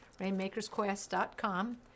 rainmakersquest.com